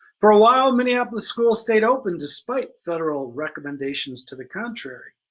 for a while minneapolis schools stayed open despite federal recommendations to the contrary.